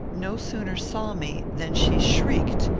no sooner saw me, than she shrieked,